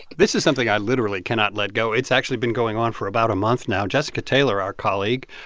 this is something i literally cannot let go. it's actually been going on for about a month now. jessica taylor, our colleague,